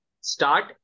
start